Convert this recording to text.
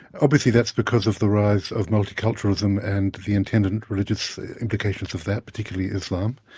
obviously that's because of the rise of multiculturalism and the attendant religious implications of that, particularly islam.